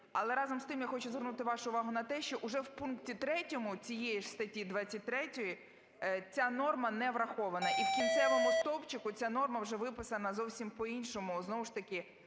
Але, разом з тим, я хочу звернути вашу увагу на те, що уже в пункті 3 цієї ж статті 23 ця норма не врахована. І в кінцевому стовпчику ця норма вже виписана зовсім по-іншому: